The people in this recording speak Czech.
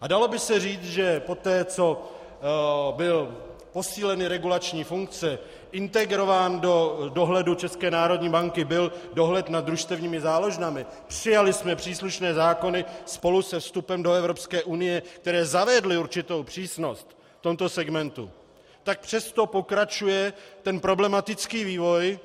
A dalo by se říct, že poté, co byly posíleny regulační funkce, integrován do dohledu České národní banky byl dohled nad družstevními záložnami, přijali jsme příslušné zákony spolu se vstupem do Evropské unie, které zavedly určitou přísnost v tomto segmentu, tak přesto pokračuje problematický vývoj.